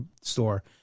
store